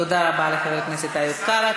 תודה רבה לחבר הכנסת איוב קרא.